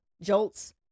jolts